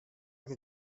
que